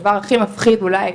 הדבר הכי מפחיד אולי,